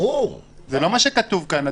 אדוני היושב-ראש, זה לא מה שכתוב כאן.